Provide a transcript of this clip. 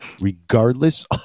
Regardless